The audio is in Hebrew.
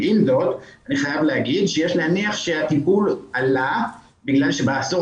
עם זאת אני חייב להגיד שיש להניח שהטיפול עלה בגלל שבעשור